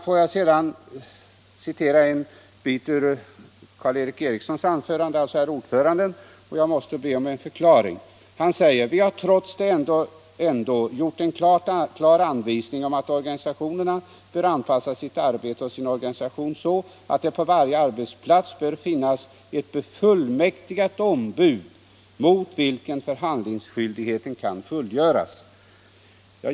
Får jag sedan citera ett stycke ur utskottsordföranden Karl-Erik Erikssons anförande. Jag måste be honom om en förklaring. Herr Eriksson säger: Vi har trots det ändå gjort en klar anvisning om att organisationerna bör anpassa sitt arbete och sin organisation så att det på varje arbetsplats bör finnas ett befullmäktigat ombud mot vilken förhandlingsskyldigheten kan fullgöras.